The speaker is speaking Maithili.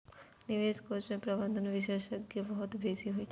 निवेश कोष मे प्रबंधन विशेषज्ञता बहुत बेसी होइ छै